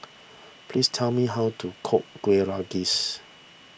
please tell me how to cook Kuih Rengas